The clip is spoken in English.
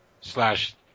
slash